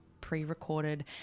pre-recorded